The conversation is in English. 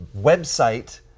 website